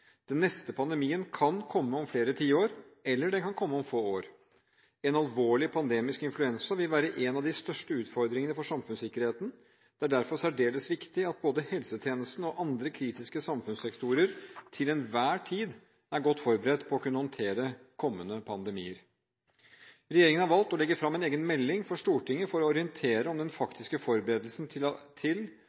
Den neste pandemien kan komme om flere tiår, eller den kan komme om få år. En alvorlig pandemisk influensa vil være en av de største utfordringene for samfunnssikkerheten. Det er derfor særdeles viktig at både helsetjenesten og andre kritiske samfunnssektorer til enhver tid er godt forberedt på å kunne håndtere kommende pandemier. Regjeringen har valgt å legge fram en egen melding for Stortinget for å orientere om den faktiske forberedelsen til